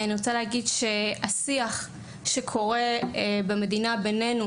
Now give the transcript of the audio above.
סגנון השיח שמתרחש במדינה בנינו,